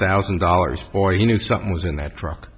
thousand dollars or he knew something was in that truck